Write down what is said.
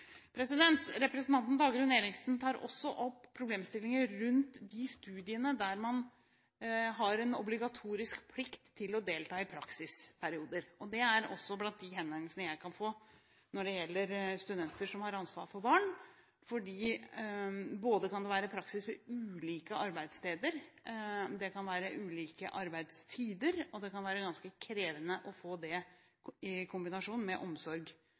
Representanten Dagrun Eriksen tar også opp problemstillinger når det gjelder de studiene der det er obligatorisk – en plikt – å delta i praksisperioder. Dette er av de henvendelsene jeg kan få når det gjelder studenter som har ansvar for barn, for både kan det være praksis ved ulike arbeidssteder, og det kan være ulike arbeidstider, så det kan være ganske krevende å få det til i kombinasjon med omsorg